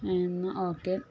എന്നാൽ ഓക്കെ